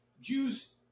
Jews